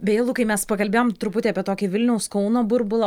beje lukai mes pakalbėjom truputį apie tokį vilniaus kauno burbulą